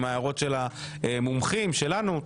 עם ההערות של המומחים שלנו,